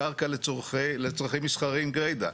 לקרקע לצרכים מסחריים גרידא.